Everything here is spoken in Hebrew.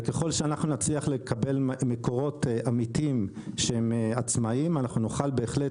וככל שאנחנו נצליח לקבל מקורות אמיתיים שהם עצמאיים אנחנו נוכל בהחלט